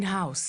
in house.